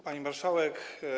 Pani Marszałek!